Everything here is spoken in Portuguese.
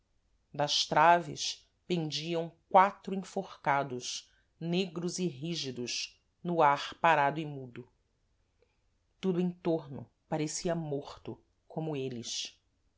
das traves pendiam quatro enforcados negros e rígidos no ar parado e mudo tudo em tôrno parecia morto como êles